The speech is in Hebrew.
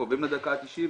או קרובים לדקה ה-90,